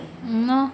!hannor!